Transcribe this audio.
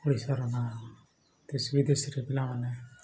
ଓଡ଼ିଶାର ନା ଦେଶ ବିଦେଶରେ ପିଲାମାନେ